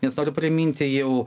nes noriu priminti jau